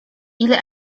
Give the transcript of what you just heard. ile